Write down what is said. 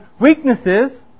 weaknesses